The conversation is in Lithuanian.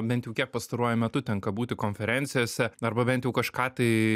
bent jau kiek pastaruoju metu tenka būti konferencijose arba bent jau kažką tai